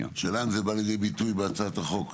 השאלה היא אם זה בא לידי ביטוי בהצעת החוק,